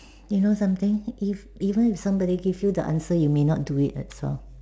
you know something if even if somebody give you the answer you may not do it also